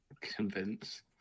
convince